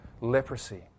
Leprosy